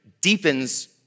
deepens